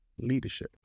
leadership